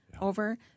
over